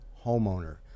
homeowner